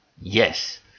yes